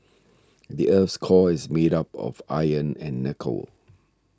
the earth's core is made up of iron and nickel